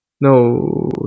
No